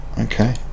Okay